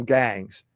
gangs